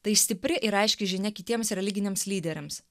tai stipri ir aiški žinia kitiems religiniams lyderiams